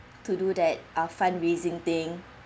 to do that uh fundraising thing